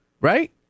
Right